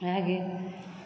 भए गेल